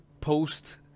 post